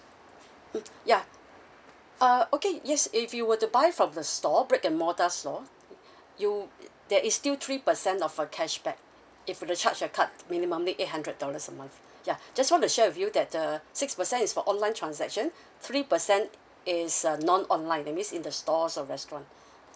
mm ya uh okay yes if you were to buy from the store brick and mortar store mm you it there is still three percent of a cashback if you were to charge the card minimally eight hundred dollars a month ya just want to share with you that the six percent is for online transaction three percent it's a non online that means in the stores or restaurant